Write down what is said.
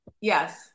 Yes